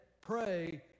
pray